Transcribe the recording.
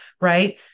right